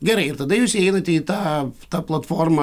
gerai ir tada jūs įeinate į tą tą platformą